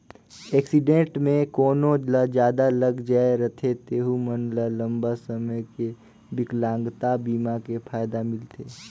accident मे कोनो ल जादा लग जाए रथे तेहू मन ल लंबा समे के बिकलांगता बीमा के फायदा मिलथे